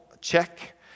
check